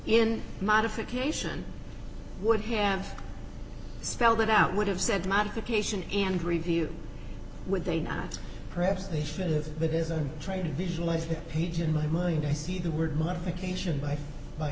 in modification would have spelled it out would have said modification and review would they not perhaps they should have but there's a trade to visualize the page in my mind i see the word modification but by